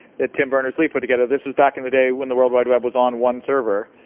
that tim berners-lee put together. this is back in the day when the world wide web was on one server,